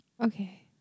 okay